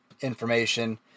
information